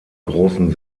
großen